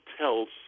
tells